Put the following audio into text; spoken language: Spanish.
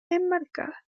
enmarcada